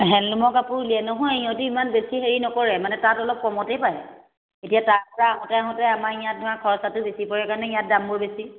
হেণ্ডলুমৰ কাপোৰ উলিয়াই নহয় ইহঁতি ইমান বেছি হেৰি নকৰে মানে তাত অলপ কমতেই পায় এতিয়া তাৰ পৰা আহোঁতে আহোঁতে আমাৰ ইয়াত খৰচাটো বেছি পৰে কাৰণে ইয়াত দামবোৰ বেছি